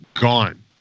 gone